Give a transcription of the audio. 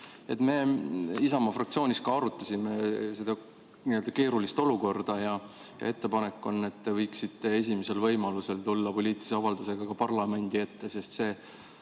Me Isamaa fraktsioonis ka arutasime seda keerulist olukorda ja ettepanek on, et te võiksite esimesel võimalusel tulla poliitilise avaldusega parlamendi ette. Sest need